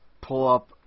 pull-up